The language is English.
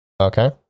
Okay